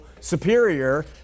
superior